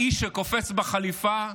האיש שקופץ בחליפה,